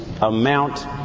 amount